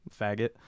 faggot